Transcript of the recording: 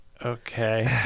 Okay